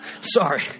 Sorry